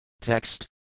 TEXT